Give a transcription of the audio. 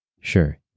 Sure